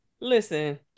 Listen